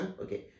Okay